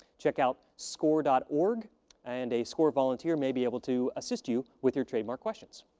check out score dot org and a score volunteer may be able to assist you with your trademark questions.